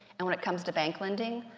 and when it comes to bank lending,